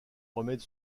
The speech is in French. remède